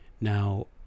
Now